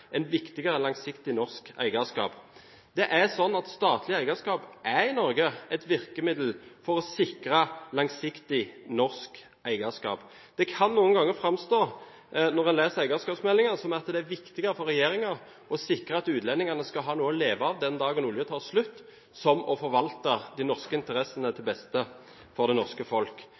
viktigere enn langsiktig norsk eierskap». Det er sånn at statlig eierskap i Norge er et virkemiddel for å sikre langsiktig norsk eierskap. Det kan noen ganger, når en leser eierskapsmeldingen, framstå som at det er viktigere for regjeringen å sikre at utlendingene skal ha noe å leve av den dagen oljen tar slutt, enn å forvalte de norske interessene til beste for det norske folk.